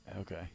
Okay